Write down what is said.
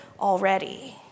already